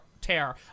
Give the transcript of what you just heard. tear